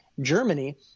Germany